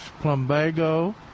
plumbago